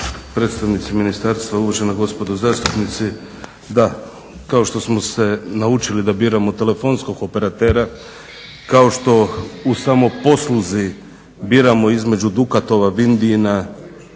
predstavnici ministarstva, uvažena gospodo zastupnici. Da kao što smo se naučili da biramo telefonskog operatera kao što u samoposluzi biramo između dukatova, vindijina